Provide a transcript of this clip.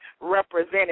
represented